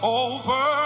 over